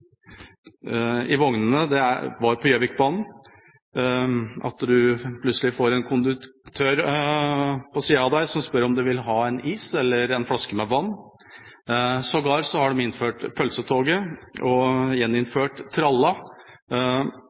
vognene, var på Gjøvikbanen, der man plutselig kan få en konduktør på siden av seg som spør om en vil ha en is eller en flaske med vann. De har sågar innført «pølsetoget» og gjeninnført tralla,